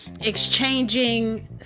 exchanging